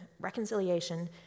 reconciliation